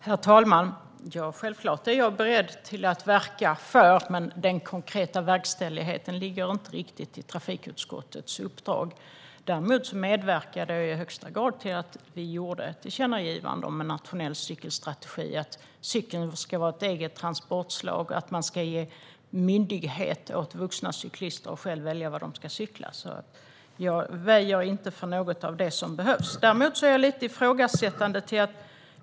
Herr talman! Självklart är jag beredd att verka för detta, men den konkreta verkställigheten ligger inte riktigt i trafikutskottets uppdrag. Jag medverkade i högsta grad till att vi gjorde ett tillkännagivande om en nationell cykelstrategi, att cykeln ska vara ett eget transportslag och att man ska ge myndighet åt vuxna cyklister att själva välja var de ska cykla, så jag väjer inte för något av det som behövs.